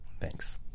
Thanks